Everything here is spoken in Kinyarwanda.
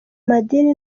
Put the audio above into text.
madini